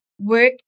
work